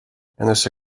this